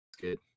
good